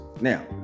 Now